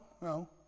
no